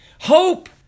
Hope